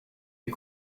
est